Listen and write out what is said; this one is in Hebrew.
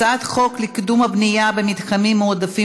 הצעת חוק לקידום הבנייה במתחמים מועדפים